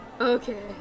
Okay